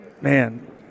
man